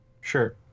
sure